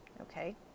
okay